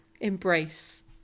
embrace